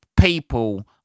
people